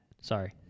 sorry